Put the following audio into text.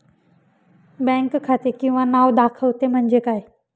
Bank खाते किंवा नाव दाखवते म्हणजे काय?